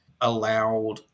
allowed